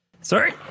Sorry